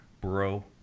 bro